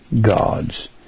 gods